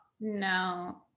No